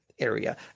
area